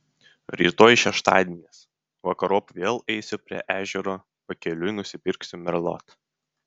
rytoj šeštadienis vakarop vėl eisiu prie ežero pakeliui nusipirksiu merlot